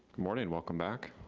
morning, welcome back.